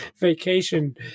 vacation